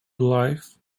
life